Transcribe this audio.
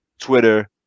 Twitter